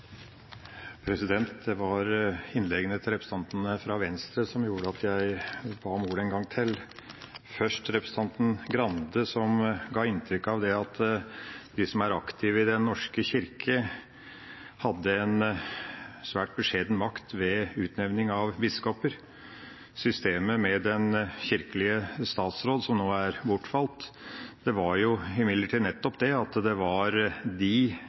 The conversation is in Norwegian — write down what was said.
Det var innleggene til representantene fra Venstre som gjorde at jeg ba om ordet en gang til. Først til representanten Skei Grande, som ga inntrykk av at de som er aktive i Den norske kirke, har en svært beskjeden makt ved utnevning av biskoper: Systemet med kirkelig statsråd, som nå er bortfalt, var imidlertid nettopp slik at det var de